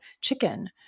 chicken